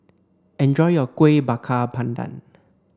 enjoy your Kuih Bakar Pandan